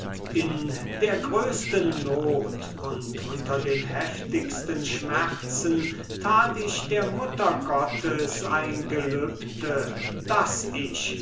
in der größten not und unter den heftigsten schmerzen tat ich der mutter gottes ein gelübde daß ich